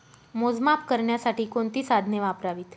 मोजमाप करण्यासाठी कोणती साधने वापरावीत?